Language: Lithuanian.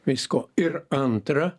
visko ir antra